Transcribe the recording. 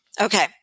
Okay